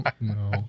No